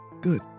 Good